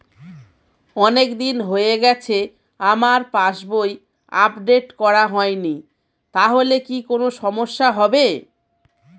অনেকদিন হয়ে গেছে আমার পাস বই আপডেট করা হয়নি তাহলে কি কোন সমস্যা হবে?